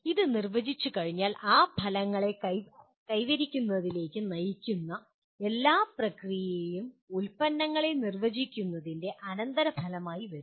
അത് നിർവചിച്ചുകഴിഞ്ഞാൽ ആ ഫലങ്ങൾ കൈവരിക്കുന്നതിലേക്ക് നയിക്കുന്ന എല്ലാ പ്രക്രിയകളും ഉൽപ്പന്നങ്ങളെ നിർവചിക്കുന്നതിൻ്റെ അനന്തരഫലമായി വരുന്നു